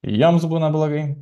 ir joms būna blogai